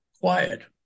quiet